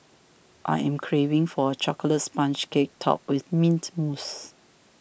I am craving for a Chocolate Sponge Cake Topped with Mint Mousse